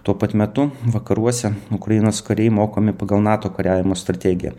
tuo pat metu vakaruose ukrainos kariai mokomi pagal nato kariavimo strategiją